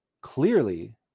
clearly